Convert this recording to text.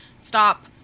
stop